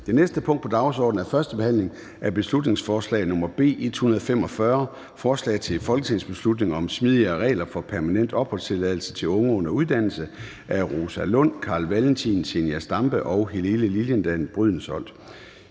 Det næste punkt på dagsordenen er: 11) 1. behandling af beslutningsforslag nr. B 145: Forslag til folketingsbeslutning om smidigere regler for permanent opholdstilladelse til unge under uddannelse. Af Rosa Lund (EL), Carl Valentin (SF), Zenia Stampe (RV) og Helene Liliendahl Brydensholt